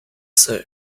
say